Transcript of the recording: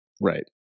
right